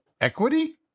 Equity